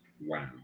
Wow